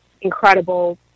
incredible